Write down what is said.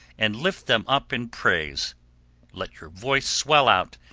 and lift them up in praise let your voice swell out,